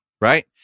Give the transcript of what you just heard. right